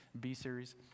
B-series